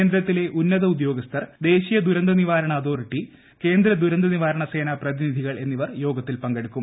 കേന്ദ്രത്തിലെ ഉന്നത ഉദ്യോഗസ്ഥർ ദേശീയ ദുരന്തനിവാരണ അതോറിറ്റി കേന്ദ്ര ദുരന്ത നിവാരണ സേന പ്രതിനിധികൾ യോഗത്തിൽ പങ്കെടുക്കും